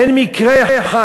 אין מקרה אחד,